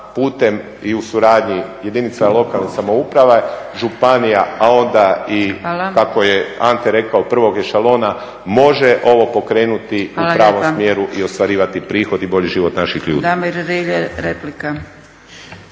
putem i u suradnji jedinice lokalne samouprave, županija, a onda i kako je Ante rekao prvog ešalona može ovo pokrenuti u pravom smjeru i ostvarivati prihod i bolji život naših ljudi.